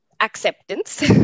acceptance